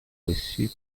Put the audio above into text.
reçu